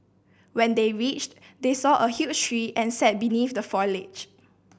when they reached they saw a huge tree and sat beneath the foliage